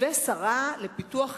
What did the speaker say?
ושרה לפיתוח אזורי,